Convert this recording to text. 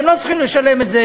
הם לא צריכים לשלם את זה